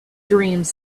dreams